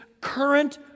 current